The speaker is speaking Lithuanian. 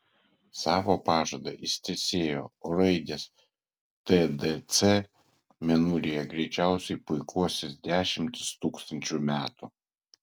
savo pažadą jis tęsėjo o raidės tdc mėnulyje greičiausiai puikuosis dešimtis tūkstančių metų